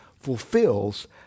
fulfills